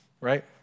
Right